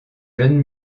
jeunes